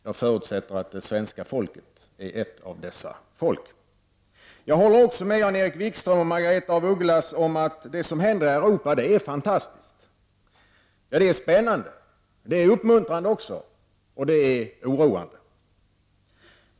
Jag förutsätter att det svenska folket är ett av dessa folk. Jag håller med Jan-Erik Wikström och Margaretha af Ugglas om att det som händer i Europa är fantastiskt. Det är spännande, det är uppmuntrande och det är också oroande.